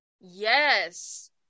yes